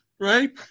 right